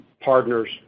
partners